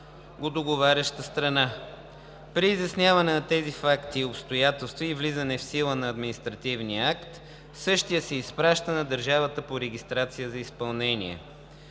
го договаряща страна. При изясняване на тези факти и обстоятелства и влизане в сила на административния акт същият се изпраща на държавата по регистрация за изпълнение.